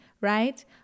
right